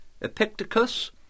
Epictetus